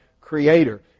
Creator